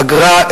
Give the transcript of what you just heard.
אגרה,